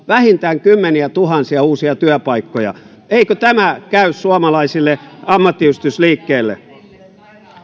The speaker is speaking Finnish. vähintään kymmeniätuhansia uusia työpaikkoja eikö tämä käy suomalaisille ammattiyhdistysliikkeille